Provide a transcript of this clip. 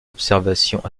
observations